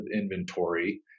inventory